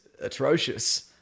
atrocious